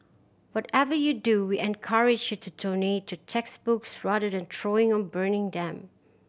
whatever you do we encourage you to donate to textbooks rather than throwing or burning them